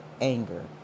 anger